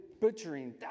butchering